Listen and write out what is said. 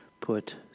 put